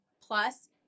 plus